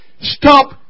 Stop